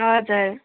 हजुर